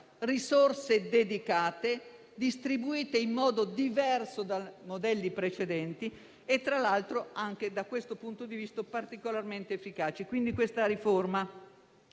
risorse dedicate e distribuite in modo diverso da modelli precedenti e, tra l'altro, da questo punto di vista anche particolarmente efficaci. Quindi, questa riforma